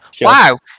wow